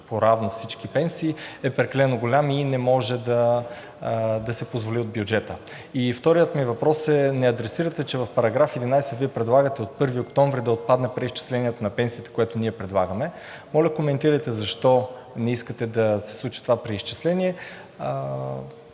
поравно всички пенсии, е прекалено голям и не може да се позволи от бюджета. Вторият ми въпрос е: адресирате ни, че в § 11 предлагате от 1 октомври 2022 г. да отпадне преизчислението на пенсиите, което ние предлагаме. Моля, коментирайте защо не искате да се случи това преизчисление